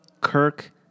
Kirk